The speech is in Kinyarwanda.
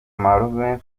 marume